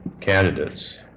candidates